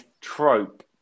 trope